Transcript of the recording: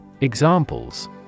Examples